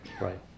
Right